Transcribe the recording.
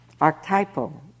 archetypal